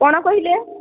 କ'ଣ କହିଲେ